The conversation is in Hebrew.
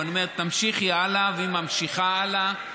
ואני אומר לה: תמשיכי הלאה, והיא ממשיכה הלאה.